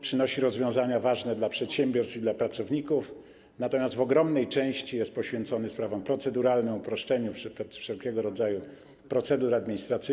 przynosi rozwiązania ważne dla przedsiębiorstw i dla pracowników, natomiast w ogromnej części jest poświęcony sprawom proceduralnym, uproszczeniu wszelkiego rodzaju procedur administracyjnych.